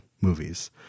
movies